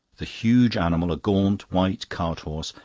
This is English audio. the huge animal, a gaunt white cart-horse,